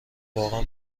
واقعا